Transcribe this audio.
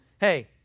Hey